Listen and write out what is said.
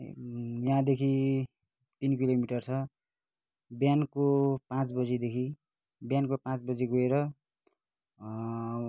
यहाँदेखि तिन किलोमिटर छ बिहानको पाँच बजीदेखि बिहानको पाँच बजी गएर